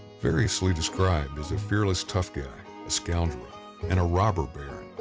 variously described as a fearless tough guy, a scoundrel and a robber baron,